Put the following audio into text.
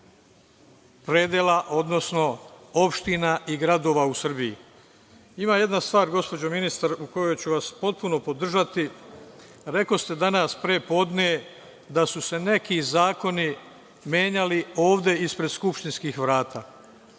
predela, odnosno opština i gradova u Srbiji. Ima jedna stvar, gospođo ministar, u kojoj ću vas potpuno podržati. Rekoste danas pre podne da su se neki zakoni menjali ovde ispred skupštinskih vrata.